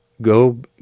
go